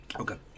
okay